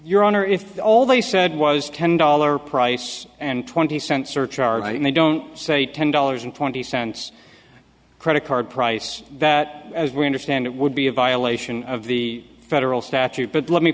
your honor if all they said was ten dollar price and twenty cent surcharge they don't say ten dollars and twenty cents credit card price that as we understand it would be a violation of the federal statute but let me